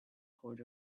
poured